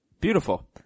Beautiful